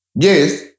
Yes